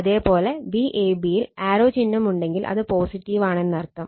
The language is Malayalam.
അതെ പോലെ Vab യിൽ ആരോ ചിഹ്നം ഉണ്ടെങ്കിൽ അത് പോസിറ്റീവാണെന്നർത്ഥം